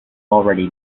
already